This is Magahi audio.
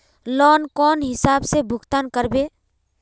लोन कौन हिसाब से भुगतान करबे?